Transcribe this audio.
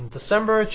December